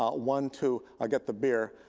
um one to ah get the beer,